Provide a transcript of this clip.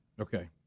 Okay